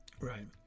Right